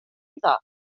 iddo